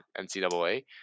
NCAA